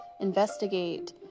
investigate